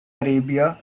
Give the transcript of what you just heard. arabia